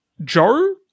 Joe